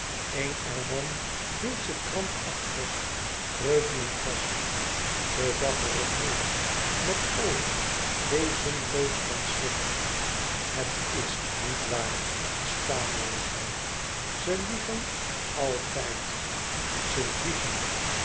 er van hield ze krampachtig kreukelend vast ze zag er op neêr met oogen wezenloos van schrik het is niet waar stamelde zij ze liegen altijd ze liegen